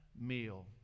meal